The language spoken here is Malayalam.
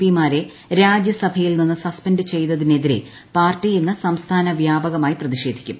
പി മാരെ രാജ്യസഭയിൽ നിന്ന് സസ്പെൻഡ് ചെയ്തതിനെതിരെ പാർട്ടി ഇന്ന് സംസ്ഥാന വൃാപകമായി പ്രതിഷേധിക്കും